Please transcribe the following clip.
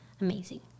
amazing